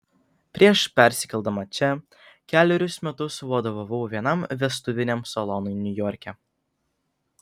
prieš persikeldama čia kelerius metus vadovavau vienam vestuviniam salonui niujorke